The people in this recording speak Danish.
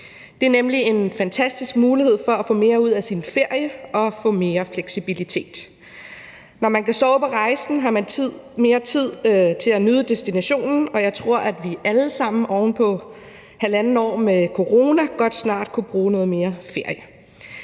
Det er nemlig en fantastisk mulighed for at få mere ud af sin ferie og få mere fleksibilitet. Når man kan sove på rejsen, har man mere tid til at nyde destinationen, og jeg tror, at vi alle sammen oven på halvandet år med corona godt snart kunne bruge noget mere ferie.